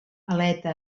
aleta